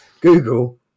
Google